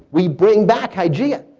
we bring back hygeia.